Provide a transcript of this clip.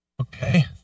okay